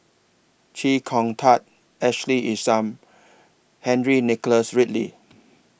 Chee Kong Tet Ashley Isham Henry Nicholas Ridley